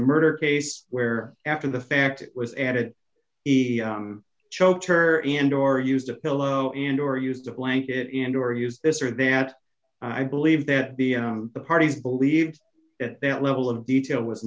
a murder case where after the fact it was added he choked her end or used a pillow and or used a blanket and or used this or that i believe that the parties believed at that level of detail was